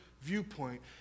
viewpoint